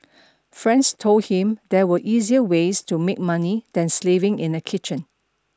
friends told him there were easier ways to make money than slaving in a kitchen